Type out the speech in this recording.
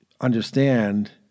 understand